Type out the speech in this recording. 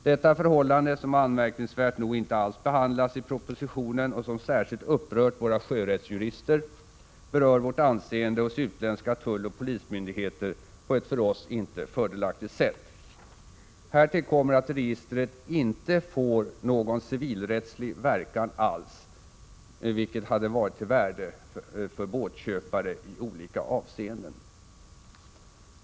Detta förhållande — som anmärkningsvärt nog inte alls behandlas i propositionen och som särskilt har upprört sjörättsjuristerna — påverkar Sveriges anseende hos utländska tulloch polismyndigheter på ett för oss inte fördelaktigt sätt. Härtill kommer att registret inte får någon civilrättslig verkan alls, vilket hade varit av värde för båtköpare i olika avseenden.